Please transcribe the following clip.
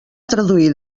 traduir